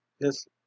Yes